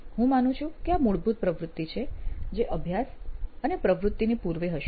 હું માનું છું કે આ મૂળભૂત પ્રવૃત્તિ છે જે અભ્યાસ અને પ્રવૃત્તિની પૂર્વે હશે